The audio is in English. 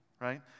Right